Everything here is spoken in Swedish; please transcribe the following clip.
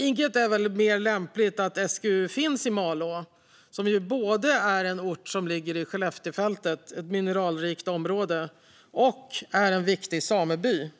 Inget är väl mer lämpligt än att SGU finns i Malå som ju både är en ort som ligger i Skelleftefältet, som är ett mineralrikt område, och en viktig sameby.